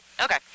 Okay